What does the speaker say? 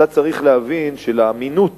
אתה צריך להבין שלאמינות